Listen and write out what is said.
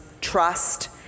trust